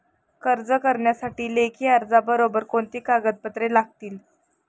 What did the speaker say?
कर्ज करण्यासाठी लेखी अर्जाबरोबर कोणती कागदपत्रे लागतील?